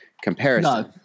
comparison